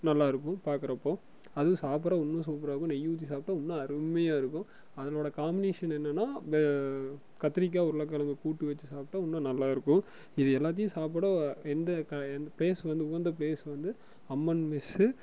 நல்லாருக்கும் பார்க்குறப்போ அதுவும் சாப்பிட இன்னும் சூப்பராக இருக்கும் நெய் ஊற்றி சாப்பிட்டா இன்னும் அருமையாக இருக்கும் அதனோட காமினேஷன் என்னென்னா கத்தரிக்காய் உருளைக்கெழங்கு கூட்டு வச்சு சாப்பிட்டா இன்னும் நல்லாருக்கும் இது எல்லாத்தையும் சாப்பிட எந்த பிளேஸ் வந்து உகந்த பிளேஸ் வந்து அம்மன் மெஸ்ஸு